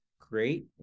great